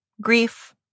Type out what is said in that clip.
grief